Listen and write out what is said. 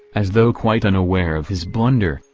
as though quite unaware of his blunder,